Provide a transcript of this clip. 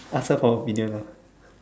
ask her for opinion brother